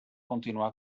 continuar